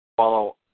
Follow